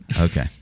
Okay